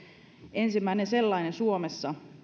ensimmäinen sellainen suomessa